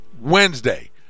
Wednesday